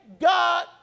God